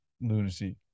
lunacy